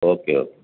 okay okay